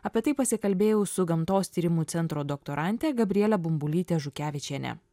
apie tai pasikalbėjau su gamtos tyrimų centro doktorante gabriele bumbulyte žukevičiene